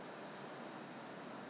that one that he recommended